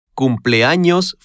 cumpleaños